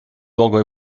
luogo